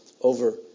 over